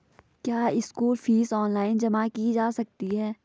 क्या school fees online जमा की जा सकती है?